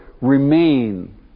remain